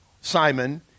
Simon